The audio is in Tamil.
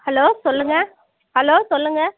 ஹலோ சொல்லுங்கள் ஹலோ சொல்லுங்கள்